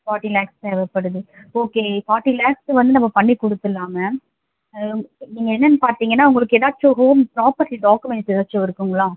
forty lakhs தேவைப்படுது okay forty lakhs வந்து நம்ம பண்ணி கொடுத்தட்லாம் மேம் நீங்கள் என்னென்னு பார்த்தீங்கன்னா உங்களுக்கு ஏதாச்சும் ஹோம் ப்ராப்பர்ட்டி டாக்குமெண்ட்ஸ் ஏதாச்சும் இருக்குதுங்களா